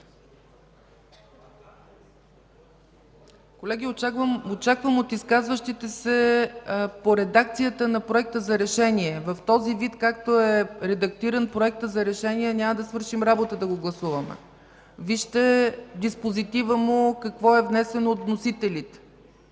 Колеги, очаквам от изказващите се редакция на Проекта за решение. В този вид, в който е редактиран, няма да свършим работа да го гласуваме. Вижте диспозитива му – какво е внесено от вносителите.